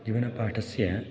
जीवनपठस्य